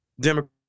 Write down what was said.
Democrat